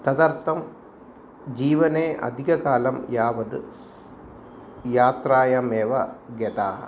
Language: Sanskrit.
तदर्थ जीवने अधिककालं यावद् स् यात्रायामेव गताः